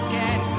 get